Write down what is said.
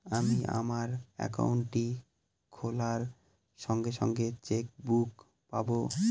আমি আমার একাউন্টটি খোলার সঙ্গে সঙ্গে চেক বুক পাবো?